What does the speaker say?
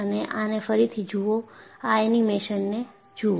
અને આને ફરીથી જુઓ આ એનિમેશનને જુઓ